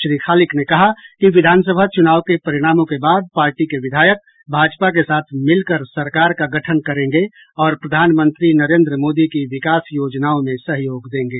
श्री खालिक ने कहा कि विधानसभा चुनाव के परिणामों के बाद पार्टी के विधायक भाजपा के साथ मिलकर सरकार का गठन करेंगे और प्रधानमंत्री नरेन्द्र मोदी की विकास योजनाओं में सहयोग देंगे